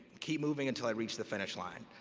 keep moving until i reached the finish line.